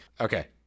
okay